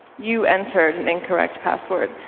you entered an incorrect password.